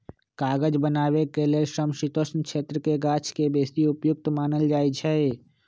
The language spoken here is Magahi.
कागज बनाबे के लेल समशीतोष्ण क्षेत्रके गाछके बेशी उपयुक्त मानल जाइ छइ